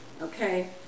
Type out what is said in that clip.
okay